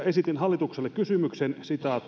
esitin hallitukselle kysymyksen